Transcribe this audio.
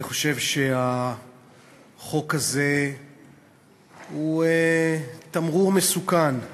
אני חושב שהחוק הזה הוא תמרור מסוכן.